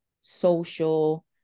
social